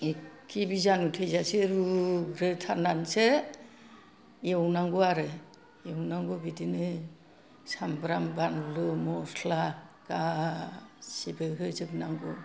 एखखे बिजानु थैजासे रुग्रोथारनानैसो एवनांगौ आरो एवनांगौ बिदिनो सामब्राम बानलु मस्ला गासिबो होजोबनांगौ